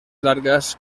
largas